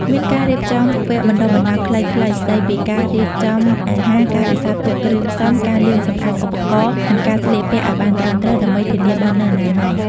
មានការរៀបចំវគ្គបណ្តុះបណ្តាលខ្លីៗស្តីពីការរៀបចំអាហារ ការរក្សាទុកគ្រឿងផ្សំ ការលាងសម្អាតឧបករណ៍ និងការស្លៀកពាក់ឱ្យបានត្រឹមត្រូវ ដើម្បីធានាបាននូវអនាម័យ ។